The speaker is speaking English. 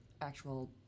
actual